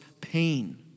pain